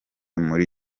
muri